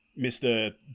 mr